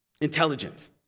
Intelligent